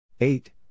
eight